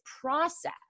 process